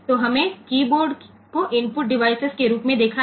तो हमने कीबोर्ड को इनपुट डिवाइस के रूप में देखा है